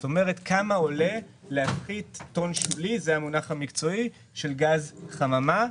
זאת אומרת: כמה עולה להפחית טון שולי זה המונח המקצועי של גז חממה.